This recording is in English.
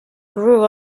grew